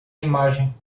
imagem